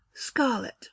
Scarlet